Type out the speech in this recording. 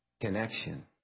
connection